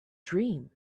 dream